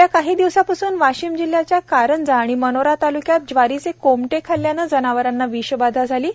गेल्या काही दिवसांपासून वाशिम जिल्ह्याच्या कारंजा व मानोरा तालुक्यात ज्वारीचे कोमटे खाल्ल्याने जनावरांना विषबाधा झाली आहे